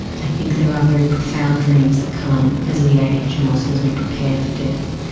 i think there are very profound dreams that come as we age and also as we prepare for death,